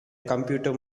computer